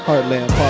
Heartland